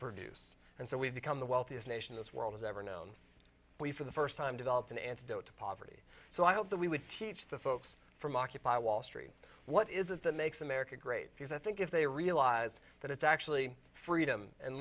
produce and so we've become the wealthiest nation this world has ever known we for the first time developed an antidote to poverty so i hope that we would teach the folks from occupy wall street what is it that makes america great because i think if they realize that it's actually freedom and